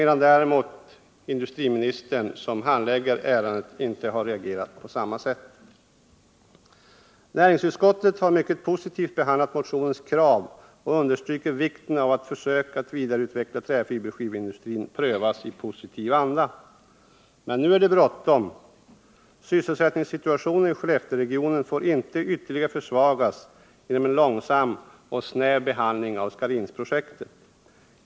Däremot har industriministern, som handlägger ärendet, inte reagerat på samma sätt. Näringsutskottet har mycket positivt behandlat motionens krav och understryker vikten av att försök att vidareutveckla träfiberskiveindustrin prövas i positiv anda. Men nu är det bråttom. Sysselsättningssituationen i Skellefteåregionen får inte ytterligare försvagas genom en långsam och snäv behandling av Scharinsprojektet.